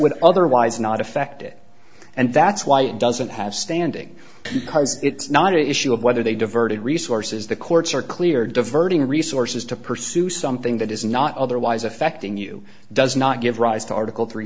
would otherwise not affect it and that's why it doesn't have standing because it's not an issue of whether they diverted resources the courts are clear diverting resources to pursue something that is not otherwise affecting you does not give rise to article three